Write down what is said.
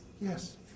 Yes